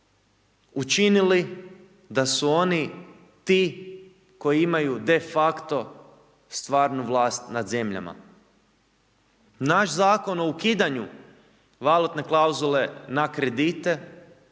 učinili da su oni ti koji imaju de facto stvarnu vlast nad zemljama. Naš Zakon o ukidanju valutne klauzule na kredite,